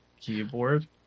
keyboard